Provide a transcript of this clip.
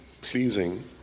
pleasing